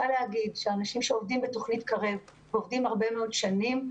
אנשים בתוכנית קרב עובדים בה הרבה מאוד שנים,